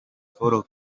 paul